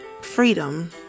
freedom